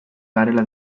garela